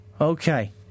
Okay